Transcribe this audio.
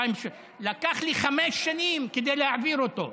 לקח לי חמש שנים להעביר אותו.